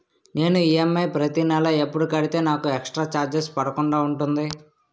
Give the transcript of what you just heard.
నేను ఈ.ఎమ్.ఐ ప్రతి నెల ఎపుడు కడితే నాకు ఎక్స్ స్త్ర చార్జెస్ పడకుండా ఉంటుంది?